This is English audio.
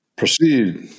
Proceed